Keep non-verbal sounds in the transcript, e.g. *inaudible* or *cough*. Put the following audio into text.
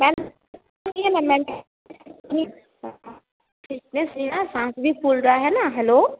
ma'am सुनिएना *unintelligible* weakness है ना साँस भी फूल रही है ना हैलो